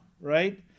right